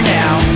now